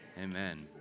Amen